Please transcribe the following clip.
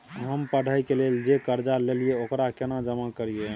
हम पढ़े के लेल जे कर्जा ललिये ओकरा केना जमा करिए?